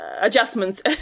adjustments